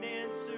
answer